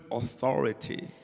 authority